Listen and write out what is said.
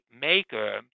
maker